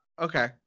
Okay